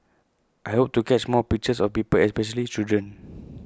I hope to catch more pictures of people especially children